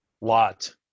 lot